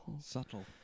Subtle